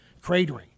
cratering